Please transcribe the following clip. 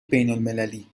بینالمللی